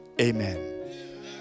amen